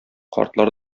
картлар